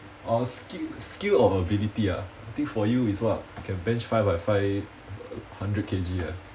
oh skill skill or ability ah I think for you is what can bench five by five uh hundred K_G ah